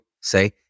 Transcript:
say